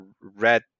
red